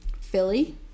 Philly